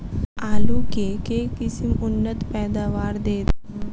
आलु केँ के किसिम उन्नत पैदावार देत?